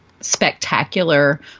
spectacular